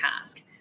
task